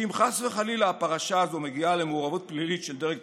שאם חס וחלילה הפרשה הזו מגיעה למעורבות פלילית של דרג פוליטי,